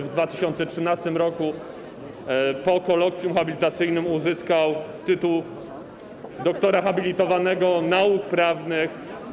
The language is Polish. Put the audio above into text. W 2013 r. po kolokwium habilitacyjnym uzyskał tytuł doktora habilitowanego nauk prawnych.